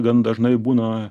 gan dažnai būna